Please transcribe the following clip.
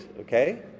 okay